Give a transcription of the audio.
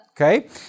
Okay